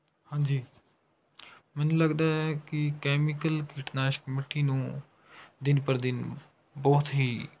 ਹਾਂਜੀ ਮੈਨੂੰ ਲਗਦਾ ਹੈ ਕਿ ਕੈਮੀਕਲ ਕੀਟਨਾਸ਼ਕ ਮਿੱਟੀ ਨੂੰ ਦਿਨ ਪਰ ਦਿਨ ਬਹੁਤ ਹੀ